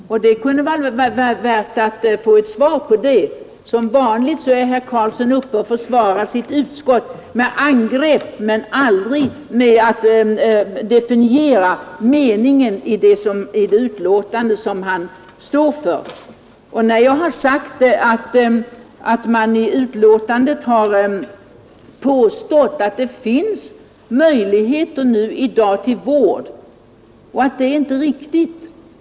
Som vanligt är herr Karlsson uppe och försvarar sitt utskott med angrepp men aldrig med att definiera meningen i det betänkande som han står för. I betänkandet har påståtts att det finns tillräckliga möjligheter till vård, det är inte riktigt.